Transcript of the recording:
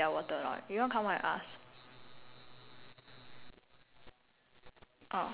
if you want I pass to you later lah I wait I don't know if can drink their water or not you want come out and ask